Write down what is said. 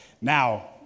now